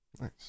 Nice